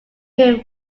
him